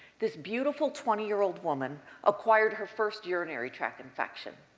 this beautiful twenty year old woman acquired her first urinary tract infection.